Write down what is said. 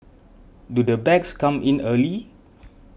do the bags come in early